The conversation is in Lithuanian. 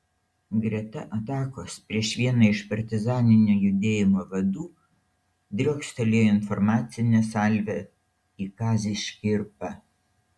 greta atakos prieš vieną iš partizaninio judėjimo vadų driokstelėjo informacinė salvė į kazį škirpą